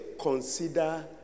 Consider